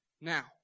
Now